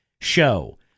show